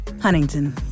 Huntington